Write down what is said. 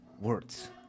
words